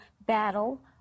battle